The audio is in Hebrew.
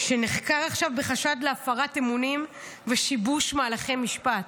שנחקר עכשיו בחשד להפרת אמונים ושיבוש מהלכי משפט,